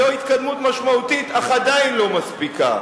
זו התקדמות משמעותית אך עדיין לא מספיקה.